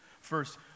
First